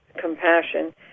compassion